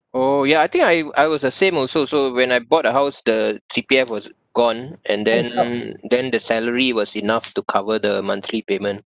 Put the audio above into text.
oh yeah I think I I was the same also so when I bought the house the C_P_F was gone and then then the salary was enough to cover the monthly payment